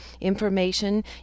information